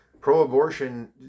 Pro-abortion